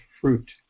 fruit